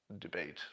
debate